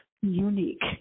unique